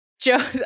Joe